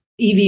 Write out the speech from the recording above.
EV